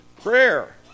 prayer